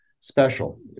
special